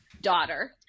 daughter